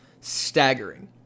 staggering